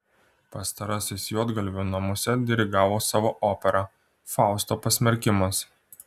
pastarasis juodgalvių namuose dirigavo savo operą fausto pasmerkimas